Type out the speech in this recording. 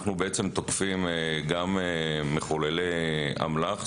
אנחנו תוקפים גם מחוללי אמל"ח,